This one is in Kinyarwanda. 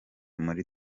muri